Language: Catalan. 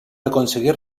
aconseguir